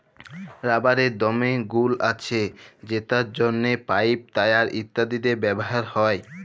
রাবারের দমে গুল্ আছে যেটর জ্যনহে পাইপ, টায়ার ইত্যাদিতে ব্যাভার হ্যয়